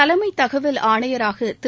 தலைமை தகவல் ஆணையராக திரு